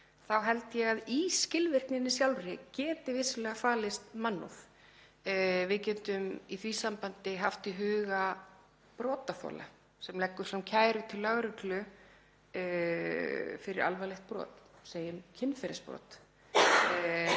þá held ég að í skilvirkninni sjálfri geti vissulega falist mannúð. Við getum í því sambandi haft í huga brotaþola sem leggur fram kæru til lögreglu fyrir alvarlegt brot, segjum kynferðisbrot,